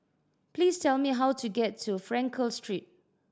please tell me how to get to Frankel Street